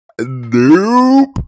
nope